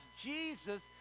Jesus